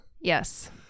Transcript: Yes